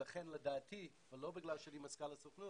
ולכן, לדעתי, ולא בגלל שאני מזכ"ל הסוכנות,